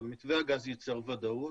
אבל מתווה הגז יצר ודאות